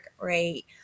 right